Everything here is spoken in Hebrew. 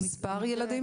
ממספר ילדים?